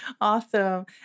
Awesome